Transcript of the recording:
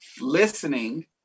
Listening